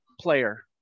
player